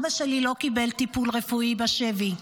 אבא שלי לא קיבל טיפול רפואי בשבי,